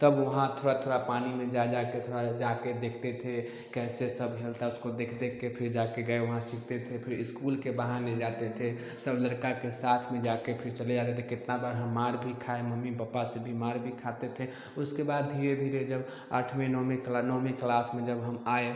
तब वहाँ थोड़ा थोड़ा पानी में जा जा कर थोड़ा सा जा कर देखते थे कैसे सब हिलता है उसको देख देख कर फिर जा कर गए वहाँ सीखते थे फिर इस्कूल के बहाने जाते थे सब लड़का के साथ में जाके फिर चले जाते थे कितना बार हम मार भी खाए मम्मी पापा से भी मार भी खाते थे उसके बाद धीरे धीरे जब आठवीं नौवीं नौवीं क्लास में जब हम आए